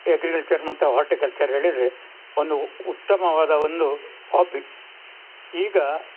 agriculture ಮತ್ತು horticulture ಹೇಳಿದರೆ ಒಂದು ಉತ್ತಮವಾದ ಒಂದು ಹಾಬಿ ಈಗ